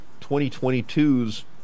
2022's